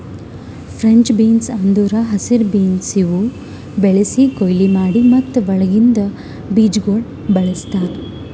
French beans ಅಂದುರ್ ಹಸಿರು beans ಇವು ಬೆಳಿಸಿ, ಕೊಯ್ಲಿ ಮಾಡಿ ಮತ್ತ ಒಳಗಿಂದ್ ಬೀಜಗೊಳ್ ಬಳ್ಸತಾರ್